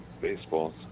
baseball